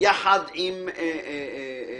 יחד עם הסברה.